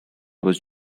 was